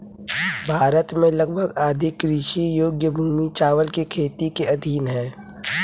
भारत में लगभग आधी कृषि योग्य भूमि चावल की खेती के अधीन है